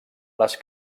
les